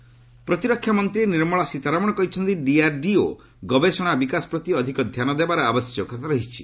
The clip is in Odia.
ସୀତାରମଣ ପ୍ରତିରକ୍ଷା ମନ୍ତ୍ରୀ ନିର୍ମଳା ସୀତାରମଣ କହିଛନ୍ତି ଡିଆର୍ଡିଓ ଗବେଷଣା ଓ ବିକାଶ ପ୍ରତି ଅଧିକ ଧ୍ୟାନ ଦେବାର ଆବଶ୍ୟକତା ରହିଛି